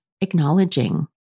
acknowledging